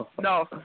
No